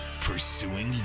pursuing